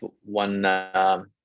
one